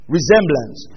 Resemblance